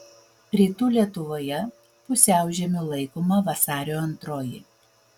rytų lietuvoje pusiaužiemiu laikoma vasario antroji